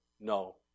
No